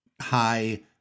high